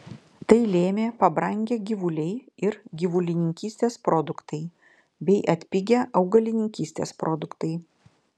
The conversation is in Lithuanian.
tai lėmė pabrangę gyvuliai ir gyvulininkystės produktai bei atpigę augalininkystės produktai